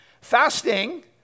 Fasting